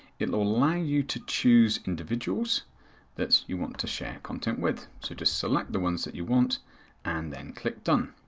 it will allow you to choose individuals that you want to share content with. so just select the ones that you want and then click done.